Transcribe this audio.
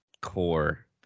core